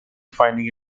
finding